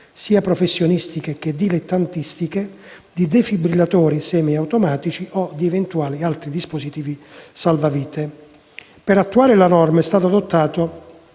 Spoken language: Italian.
sia professionistiche che dilettantistiche, di defibrillatori semiautomatici o di eventuali altri dispositivi salvavita. Per attuare la norma è stato adottato